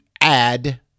add